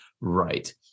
right